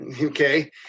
okay